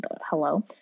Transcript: Hello